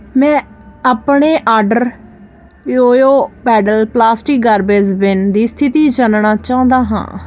ਮੈਂ ਆਪਣੇ order Joyo pedal plastic garbage bin ਦੀ ਸਥਿਤੀ ਜਾਣਨਾ ਚਾਹੁੰਦਾ ਹਾਂ